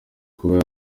kuba